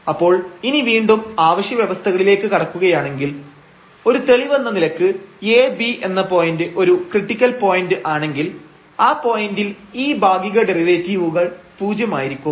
അപ്പോൾ ഇനി വീണ്ടും ആവശ്യ വ്യവസ്ഥകളിലേക്ക് കടക്കുകയാണെങ്കിൽ ഒരു തെളിവെന്ന നിലക്ക് ab എന്ന പോയന്റ് ഒരു ക്രിട്ടിക്കൽ പോയന്റ് ആണെങ്കിൽ ആ പോയന്റിൽ ഈ ഭാഗിക ഡെറിവേറ്റീവുകൾ പൂജ്യമായിരിക്കും